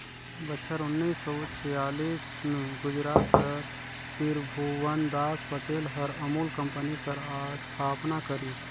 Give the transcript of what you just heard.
बछर उन्नीस सव छियालीस में गुजरात कर तिरभुवनदास पटेल हर अमूल कंपनी कर अस्थापना करिस